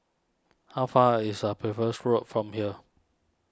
how far is a Percival Road from here